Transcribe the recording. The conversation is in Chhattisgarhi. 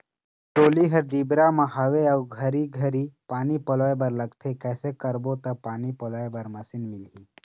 मोर डोली हर डिपरा म हावे अऊ घरी घरी पानी पलोए बर लगथे कैसे करबो त पानी पलोए बर मशीन मिलही?